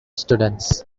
students